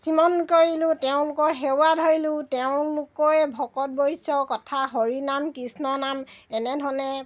স্মৰণ কৰিলোঁ তেওঁলোকৰ সেৱা ধৰিলোঁ তেওঁলোকে ভকত বৈশ্য কথা হৰি নাম কৃষ্ণনাম এনেধৰণে